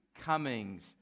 comings